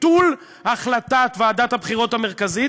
על-ידי ביטול החלטת ועדת הבחירות המרכזית,